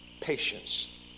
patience